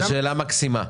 זו שאלה מקסימה.